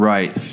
Right